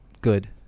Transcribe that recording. good